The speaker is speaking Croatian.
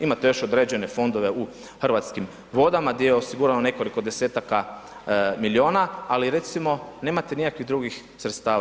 Imate još određene fondove u Hrvatskim vodama gdje je osigurano nekoliko 10-taka miliona, ali recimo nemate nikakvih drugih sredstava.